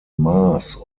mars